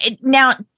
Now